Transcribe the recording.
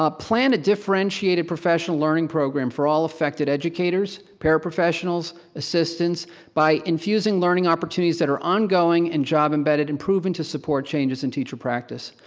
ah plan a differentiated professional learning program for all affected educators, paraprofessionals by infusing learning opportunities that are on-going and job-embedded and proven to support changes in teacher practice.